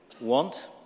want